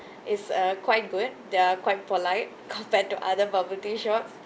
is uh quite good they're quite polite compared to other bubble tea shops